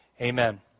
Amen